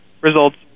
results